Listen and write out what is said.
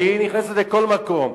כי היא נכנסת לכל מקום.